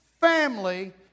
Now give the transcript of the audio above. family